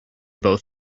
both